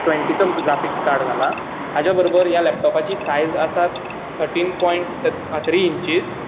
टुवेंटीचो graphics card गाला हाज्या बरोबर ह्या लेपटोपाची सायज आसा थटीन पॉयंट त्री इंचिस